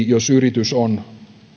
jos yritys on